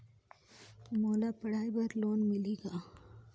मोला पढ़ाई बर लोन मिलही का?